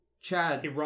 Chad